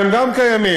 הם גם קיימים.